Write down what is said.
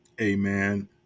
amen